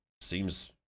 seems